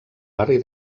barri